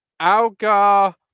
Algar